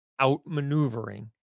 outmaneuvering